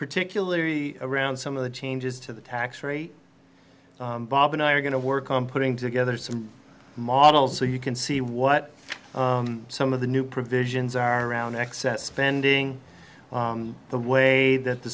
particularly around some of the changes to the tax rate bob and i are going to work on putting together some models so you can see what some of the new provisions are around excess spending the way that the